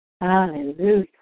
Hallelujah